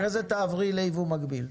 אחרי זה תעברי לייבוא מקביל.